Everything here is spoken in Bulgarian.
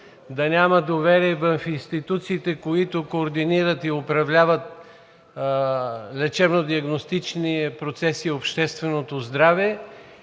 да няма доверие в институциите, които координират и управляват лечебно-диагностичните процеси и общественото здраве.